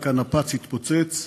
רק הנפץ התפוצץ,